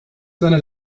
seine